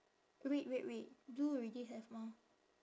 red red red blue already have mah